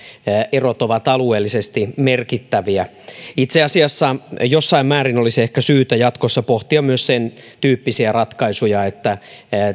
erot ovat alueellisesti merkittäviä itse asiassa jossain määrin olisi ehkä syytä jatkossa pohtia myös sentyyppisiä ratkaisuja että